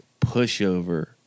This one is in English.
pushover